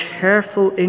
careful